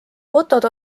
fotod